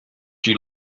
she